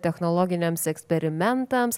technologiniams eksperimentams